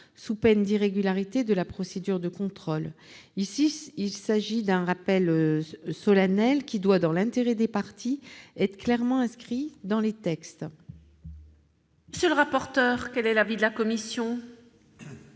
sous peine d'irrégularité de la procédure de contrôle. Il s'agit ici d'un rappel solennel qui doit, dans l'intérêt des parties, être clairement inscrit dans les textes. Quel est l'avis de la commission ?